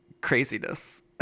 craziness